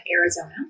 Arizona